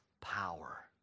power